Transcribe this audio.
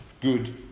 good